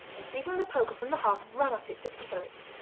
and seizing the poker from the hearth ran at it to kill it.